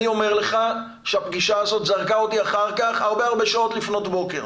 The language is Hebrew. אני אומר לך שהפגישה הזאת זרקה אותי אחר כך הרבה הרבה שעות לפנות בוקר.